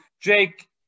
Jake